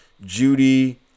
judy